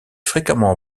fréquemment